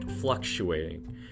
fluctuating